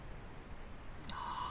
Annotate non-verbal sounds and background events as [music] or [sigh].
[noise]